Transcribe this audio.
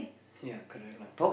ya correct lah